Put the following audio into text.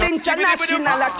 International